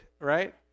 right